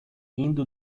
indo